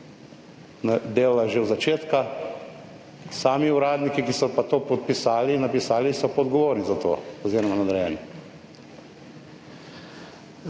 delala že od začetka, sami uradniki, ki so pa to podpisali, napisali, so pa odgovorni za to oziroma nadrejeni.